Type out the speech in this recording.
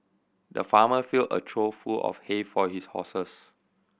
the farmer filled a trough full of hay for his horses